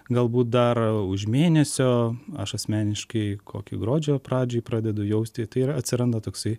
galbūt dar už mėnesio aš asmeniškai kokį gruodžio pradžioj pradedu jausti tai yra atsiranda toksai